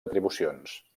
atribucions